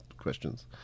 questions